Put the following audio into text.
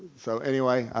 so anyway,